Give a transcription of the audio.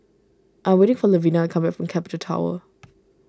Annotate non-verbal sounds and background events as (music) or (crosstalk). I am waiting for Lavina come back from Capital Tower (noise)